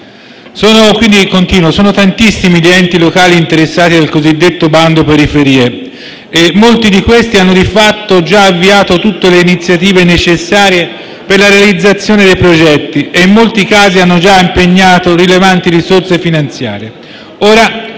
situazione. Sono tantissimi gli enti locali interessati dal cosiddetto bando periferie e molti di questi hanno di fatto già avviato tutte le iniziative necessarie per la realizzazione dei progetti e, in molti casi, hanno già impegnato rilevanti risorse finanziarie.